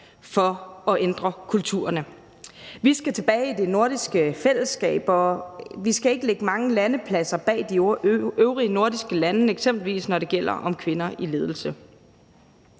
for at ændre kulturerne. Vi skal tilbage i det nordiske fællesskab, og vi skal ikke ligge mange landepladser bag de øvrige nordiske lande, eksempelvis når det gælder kvinder i ledelse.